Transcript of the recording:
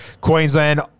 Queensland